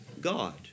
God